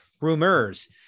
Rumors